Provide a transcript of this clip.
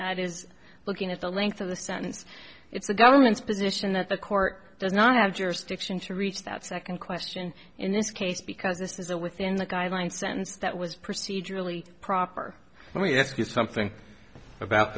is looking at the length of the sentence it's the government's position that the court does not have jurisdiction to reach that second question in this case because this is a within the guidelines sentence that was procedurally proper let me ask you something about